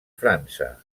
frança